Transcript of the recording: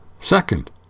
Second